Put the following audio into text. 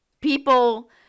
People